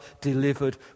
delivered